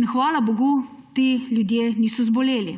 in hvala bogu ti ljudje niso zboleli,